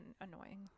annoying